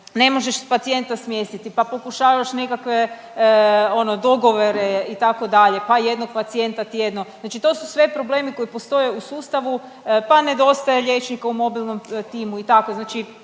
Ne možeš pacijenta smjestiti, pa pokušavaš nekakve ono dogovore itd., pa jednog pacijenta tjedno. Znači to su sve problemi koji postoje u sustavu, pa nedostaje liječnika u mobilnom timu i tako.